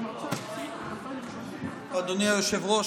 אדוני היושב-ראש,